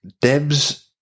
Debs